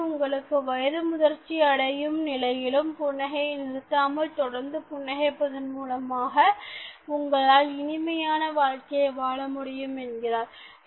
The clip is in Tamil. எனவே உங்களுக்கு வயது முதிர்ச்சி அடையும் நிலையிலும் புன்னகையை நிறுத்தாமல் தொடர்ந்து புன்னகைப்பதன் மூலமாக உங்களால் இனிமையான வாழ்க்கையை வாழ முடியும் என்கிறார்